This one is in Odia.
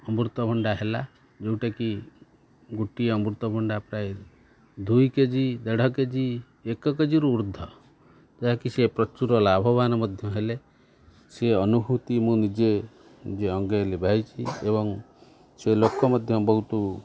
ଅମୃତଭଣ୍ଡା ହେଲା ଯୋଉଟାକି ଗୋଟିଏ ଅମୃତଭଣ୍ଡା ପ୍ରାୟ ଦୁଇ କେଜି ଦେଢ଼ କେଜି ଏକ କେଜିରୁ ଉର୍ଦ୍ଧ ଯାହାକି ସେ ପ୍ରଚୁର ଲାଭବାନ ମଧ୍ୟ ହେଲେ ସେ ଅନୁଭୂତି ମୁଁ ନିଜେ ନିଜେ ଅଙ୍ଗେଲିଭାଇଛି ଏବଂ ସେ ଲୋକ ମଧ୍ୟ ବହୁତ